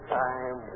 time